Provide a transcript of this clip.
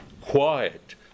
quiet